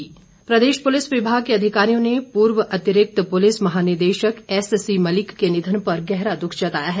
police प्रदेश पुलिस विभाग के अधिकारियों ने पूर्व अतिरिक्त पुलिस महानिदेशक एससी मलिक के निधन पर गहरा दुख जताया है